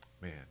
man